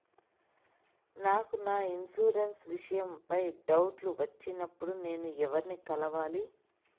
నాకు నా ఇన్సూరెన్సు విషయం పై డౌట్లు వచ్చినప్పుడు నేను ఎవర్ని కలవాలి?